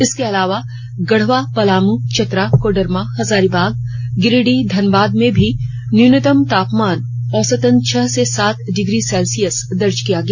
इसके अलावा गढ़वा पलाम चतरा कोडरमा हजारीबाग गिरिडीह धनबाद में भी न्यूनतम तापमान औसतन छह से सात डिग्री सेल्सियस दर्ज किया गया